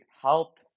help